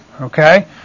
okay